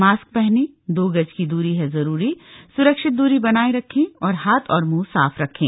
mask पहने दो गज की दूरी है जरूरी सुरक्षित दूरी बनाए रखें हाथ और मुंह साफ रखें